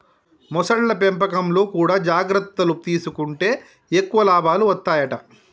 మొసళ్ల పెంపకంలో కూడా జాగ్రత్తలు తీసుకుంటే ఎక్కువ లాభాలు వత్తాయట